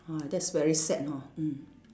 !huh! that's very sad ha mm